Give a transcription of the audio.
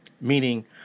Meaning